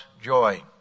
joy